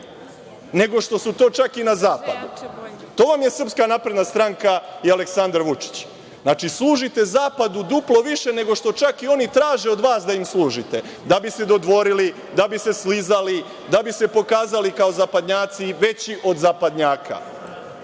nego što su to čak i na zapadu. To vam je SNS i Aleksandar Vučić. Znači, služite zapadu duplo više nego što čak i oni traže od vas da im služite, da biste se dodvorili, da biste se slizali, da biste ste se pokazali kao zapadnjaci veći od zapadnjaka.